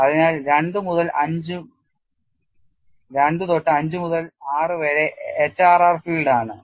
അതിനാൽ 2 മുതൽ 5 മുതൽ 6 വരെ HRR ഫീൽഡ് ആണ്